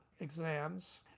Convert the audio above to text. exams